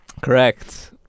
Correct